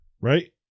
Right